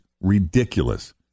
ridiculous